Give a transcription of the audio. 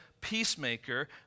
peacemaker